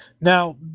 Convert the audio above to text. Now